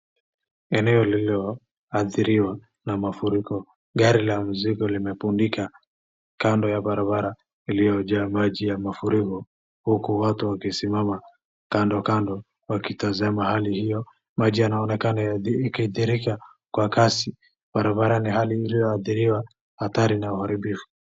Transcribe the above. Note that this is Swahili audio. Eneo lililo adhiriwa na mafuriko . Gari la limefunika kando ya barabara iliyo jaa maji ya mafuriko huku watu wakisimama kando kando wkitazama hali hiyo .Maji yanaonekana yakiadhirik kwa kasi .